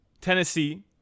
Tennessee